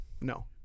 No